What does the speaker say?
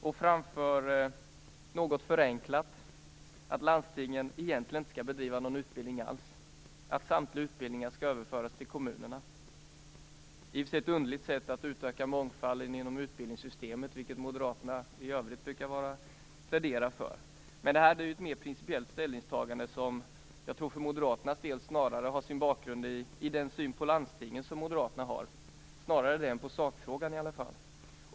De framför, något förenklat, att landstinget egentligen inte skall bedriva någon utbildning alls. Samtliga utbildningar skall överföras till kommunerna. Det är i och för sig ett underligt sätt att utöka mångfalden inom utbildningssystemet, något som Moderaterna i övrigt brukar plädera för. Men det här är mer ett principiellt ställningstagande som, tror jag, för Moderaternas del snarare har sin bakgrund i synen på landstingen än i synen på sakfrågan.